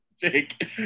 Jake